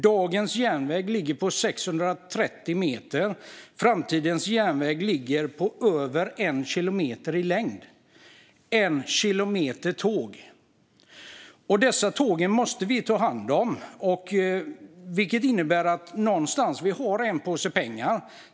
Dagens tåg är 630 meter, och framtidens tåg kommer att vara mer än 1 kilometer långa. Dessa tåg måste vi ta hand om. Vi har en påse pengar.